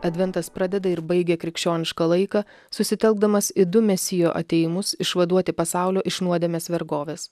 adventas pradeda ir baigia krikščionišką laiką susitelkdamas į du mesijo atėjimus išvaduoti pasaulio iš nuodėmės vergovės